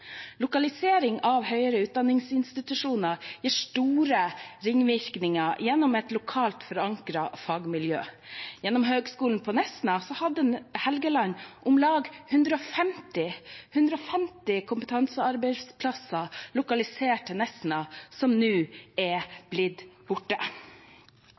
høyere utdanningsinstitusjoner gir store ringvirkninger gjennom et lokalt forankret fagmiljø. Gjennom Høgskolen i Nesna hadde Helgeland om lag 150 kompetansearbeidsplasser lokalisert til Nesna som nå er blitt borte.